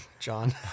John